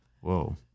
Whoa